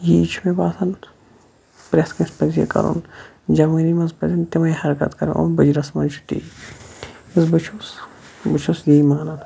یی چھُ مےٚ باسان پرٛٮ۪تھ کٲنٛسہِ پَزِ یہِ کَرُن جَوٲنی مَنٛز پَزن تِمے حَرکَت کَرن یِم بٕجرَس مَنٛز چھِ تی یُس بہٕ چھُس بہٕ چھُس یی مانان